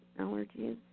Allergies